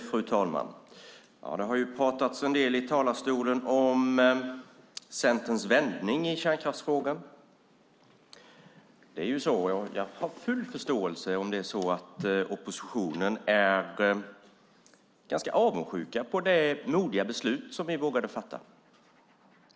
Fru talman! Det har talats en del om Centerns vändning i kärnkraftsfrågan. Jag har full förståelse för om oppositionen är avundsjuk på det modiga beslut som vi vågade fatta.